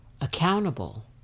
accountable